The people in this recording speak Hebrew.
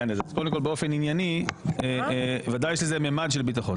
באופן ענייני, ודאי יש לזה ממד של ביטחון.